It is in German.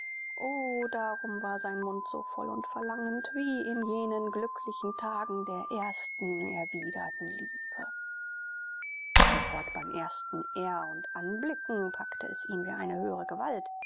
o darum war sein mund so voll und verlangend wie in jenen glücklichen tagen der ersten erwiderten liebe sofort beim ersten er und anblicken packte es ihn wie eine höhere gewalt